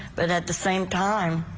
but at the same time.